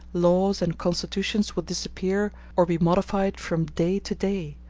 laws, and constitutions will disappear, or be modified from day to day,